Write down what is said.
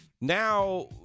Now